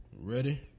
Ready